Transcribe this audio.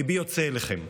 ליבי יוצא אליכם.